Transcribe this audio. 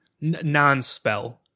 non-spell